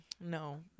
No